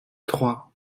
trois